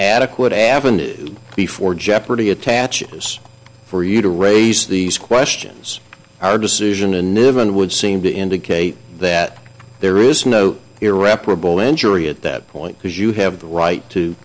adequate avenue before jeopardy attaches for you to raise these questions our decision and nevin would seem to indicate that there is no irreparable injury at that point because you have the right to